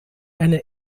eine